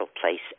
place